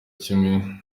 kimwe